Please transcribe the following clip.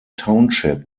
township